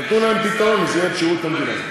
נתנו להם פתרון במסגרת שירות המדינה.